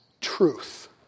truth